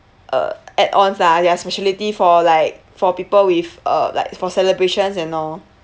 uh add ons lah they are speciality for like for people with uh like for celebrations and all